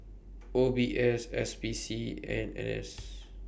O B S S P C and N S